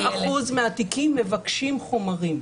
ב-30% מהתיקים מבקשים חומרים,